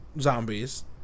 zombies